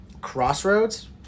crossroads